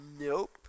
Nope